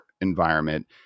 environment